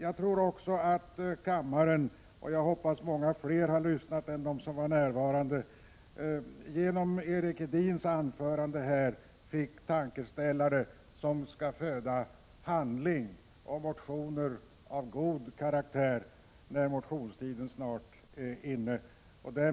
Jag tror också att kammaren — jag hoppas att många fler lyssnade än de som var närvarande i kammaren — genom Erik Edins anförande fick tankeställare som skall föda handling och motioner av god karaktär när motionstiden snart är inne. Herr talman!